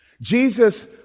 Jesus